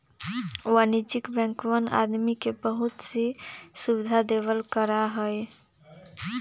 वाणिज्यिक बैंकवन आदमी के बहुत सी सुविधा देवल करा हई